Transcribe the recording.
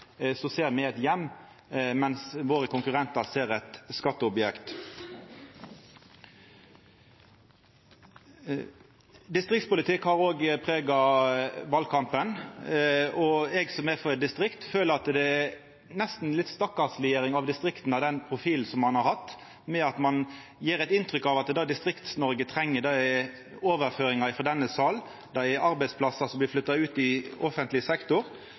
så ser me ein heim, medan konkurrentane våre ser eit skatteobjekt. Distriktspolitikk har òg prega valkampen, og eg, som er frå eit distrikt, føler at det nesten er ei stakkarsleggjering av distrikta, den profilen ein har hatt, når ein gjev inntrykk av at det Distrikts-Noreg treng, er overføringar frå denne sal og arbeidsplassar i offentleg sektor som blir flytta ut. Mi erfaring som tidlegare ordførar i